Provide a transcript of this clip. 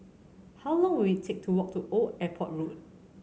how long will it take to walk to Old Airport Road